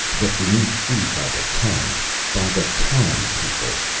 but we need food by the ton by the ton, people!